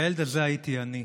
והילד הזה היה אני.